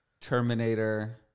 terminator